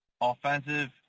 offensive